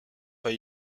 pas